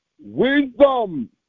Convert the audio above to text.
Wisdom